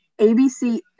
ABC